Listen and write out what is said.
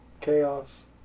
Chaos